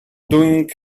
doing